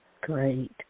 great